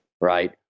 right